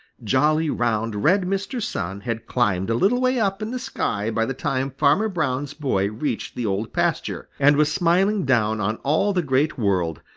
jolly, round, red mr. sun had climbed a little way up in the sky by the time farmer brown's boy reached the old pasture, and was smiling down on all the great world,